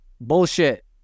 bullshit